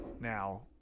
Now